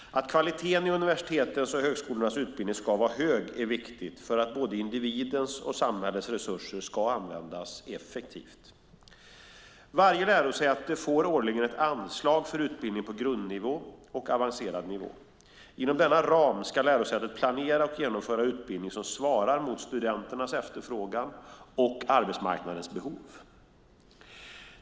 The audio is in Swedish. Att kvaliteten i universitetens och högskolornas utbildning ska vara hög är viktigt för att både individens och samhällets resurser ska användas effektivt. Varje lärosäte får årligen ett anslag för utbildning på grundnivå och avancerad nivå. Inom denna ram ska lärosätet planera och genomföra utbildning som svarar mot studenternas efterfrågan och arbetsmarknadens behov.